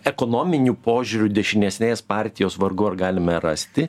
ekonominiu požiūriu dešinesnės partijos vargu ar galime rasti